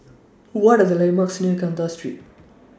What Are The landmarks near Kandahar Street